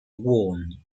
worn